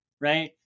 right